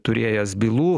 turėjęs bylų